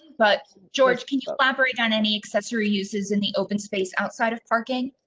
but george, can you elaborate on any accessory uses in the open space outside of parking.